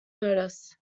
notice